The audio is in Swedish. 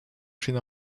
sina